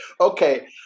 okay